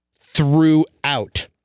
throughout